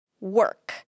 work